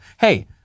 hey